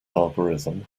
algorithm